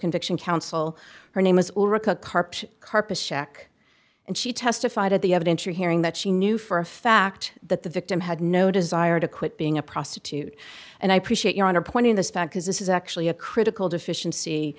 conviction counsel her name was all rika carped carpet check and she testified at the evidence you're hearing that she knew for a fact that the victim had no desire to quit being a prostitute and i appreciate your honor pointing this fact because this is actually a critical deficiency